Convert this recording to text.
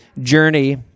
Journey